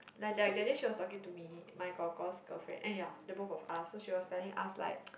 like like that day she was talking to me my kor kor's girlfriend ah ya the both of us so she was telling us like